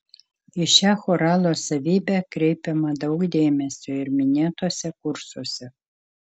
į šią choralo savybę kreipiama daug dėmesio ir minėtuose kursuose